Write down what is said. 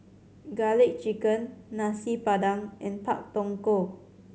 Garlic Chicken Nasi Padang and Pak Thong Ko